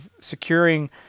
securing